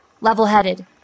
Level-headed